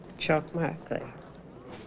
chuck laughing